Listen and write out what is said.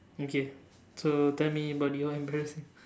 okay so tell me about your embarrassing